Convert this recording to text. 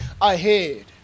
ahead